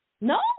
No